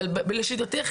אבל לשיטתך,